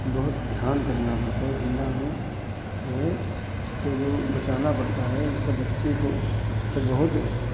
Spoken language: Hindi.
बहुत ध्यान करना पड़ता है झींगा में जो है उसको जो बचाना पड़ता है उसके बच्चे को तो बहुत